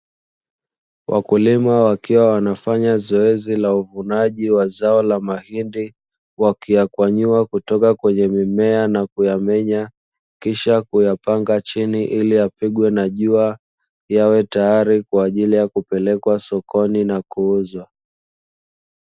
Wakulima wakiwa wanafanya zoezi la uvunaji wa zao la mahindi, wakiyakwanyua kutoka kwenye mime na kuyamenya kisha kuyapanga chini ili yapigwe na jua yawe tayari kwa ajili ya kupelekwa sokoni na kuuzwa.